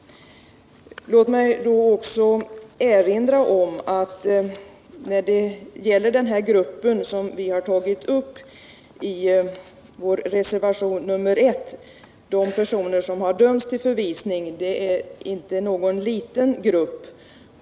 Jag vill vidare erinra om att den grupp som behandlas i vår reservation 1, nämligen de personer som har dömts till förvisning, inte utgör någon liten grupp.